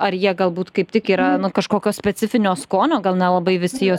ar jie galbūt kaip tik yra nu kažkokio specifinio skonio gal nelabai visi juos